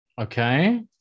Okay